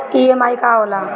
EMI का होला?